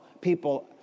people